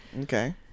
okay